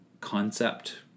concept